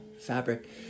fabric